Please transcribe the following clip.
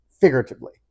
figuratively